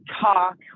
talk